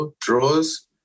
draws